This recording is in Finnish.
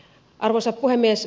arvoisa puhemies